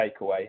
takeaway